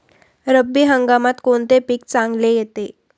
रब्बी हंगामात कोणते पीक चांगले येते?